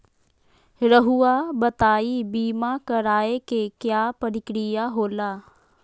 रहुआ बताइं बीमा कराए के क्या प्रक्रिया होला?